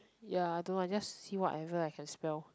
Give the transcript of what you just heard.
ya I don't know I just see whatever I can spell